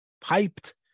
piped